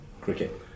Cricket